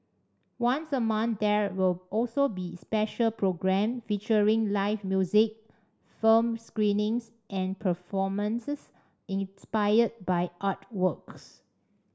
once a month there will also be a special programme featuring live music film screenings and performances inspired by artworks